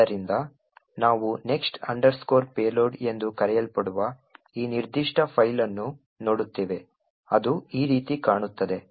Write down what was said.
ಆದ್ದರಿಂದ ನಾವು next underscore payload ಎಂದು ಕರೆಯಲ್ಪಡುವ ಈ ನಿರ್ದಿಷ್ಟ ಫೈಲ್ ಅನ್ನು ನೋಡುತ್ತೇವೆ ಅದು ಈ ರೀತಿ ಕಾಣುತ್ತದೆ